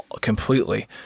completely